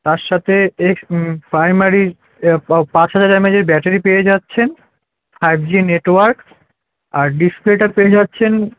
তার সাতে এক্স প্রাইমারি পাঁ পাঁচ হাজার এম এইজের ব্যাটারি পেয়ে যাচ্ছেন আর যে নেটওয়ার্ক আর ডিসপ্লেটা পেয়ে যাচ্ছেন